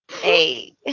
Hey